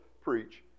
preach